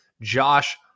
Josh